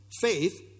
faith